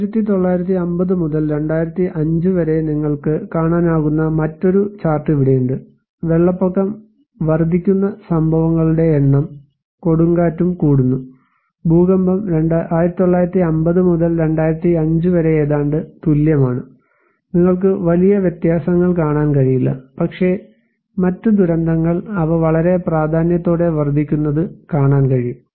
1950 മുതൽ 2005 വരെ നിങ്ങൾക്ക് കാണാനാകുന്ന മറ്റൊരു ചാർട്ട് ഇവിടെയുണ്ട് വെള്ളപ്പൊക്കം വർദ്ധിക്കുന്ന സംഭവങ്ങളുടെ എണ്ണം കൊടുങ്കാറ്റും കൂടുന്നു ഭൂകമ്പം 1950 മുതൽ 2005 വരെ ഏതാണ്ട് തുല്യമാണ് നിങ്ങൾക്ക് വലിയ വ്യത്യാസങ്ങൾ കാണാൻ കഴിയില്ല പക്ഷേ മറ്റ് ദുരന്തങ്ങൾ അവ വളരെ പ്രാധാന്യത്തോടെ വർദ്ധിക്കുന്നത് കാണാൻ കഴിയും